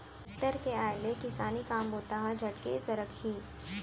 tractor के आय ले किसानी काम बूता ह झटके सरकही